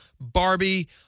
Barbie